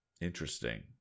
interesting